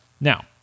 Now